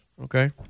okay